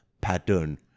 pattern